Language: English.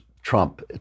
Trump